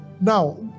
Now